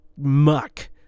muck